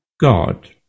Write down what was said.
God